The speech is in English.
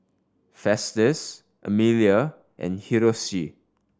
Festus Amelia and Hiroshi